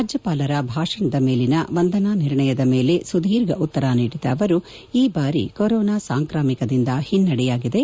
ರಾಜ್ಯಪಾಲರ ಭಾಷಣದ ಮೇಲಿನ ವಂದನಾ ನಿರ್ಣಯದ ಮೇಲೆ ಸುದೀರ್ಘ ಉತ್ತರ ನೀಡಿದ ಅವರು ಈ ಬಾರಿ ಕೊರೋನಾ ಸಾಂಕ್ರಾಮಿಕದಿಂದ ಹಿನ್ನಡೆಯಾಗಿದೆ